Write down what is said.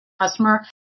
customer